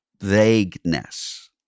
vagueness